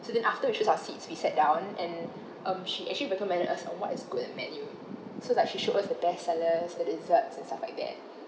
so then after we choose our seats we sat down and um she actually recommended us on what is good in the menu so like she showed us the best sellers the desserts and stuff like that